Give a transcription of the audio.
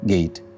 Gate